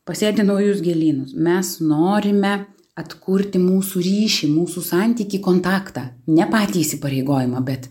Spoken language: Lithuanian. pasėti naujus gėlynus mes norime atkurti mūsų ryšį mūsų santykį kontaktą ne patį įsipareigojimą bet